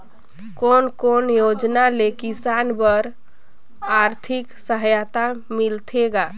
कोन कोन योजना ले किसान बर आरथिक सहायता मिलथे ग?